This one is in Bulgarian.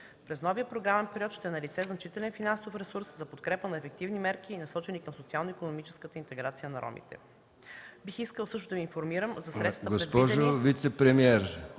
През новия програмен период ще е налице значителен финансов ресурс за подкрепа на ефективни мерки, насочени към социално-икономическата интеграция на ромите. Бих искала да Ви информирам за средствата, предвидени ...